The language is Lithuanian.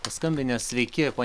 paskambinęs sveiki pone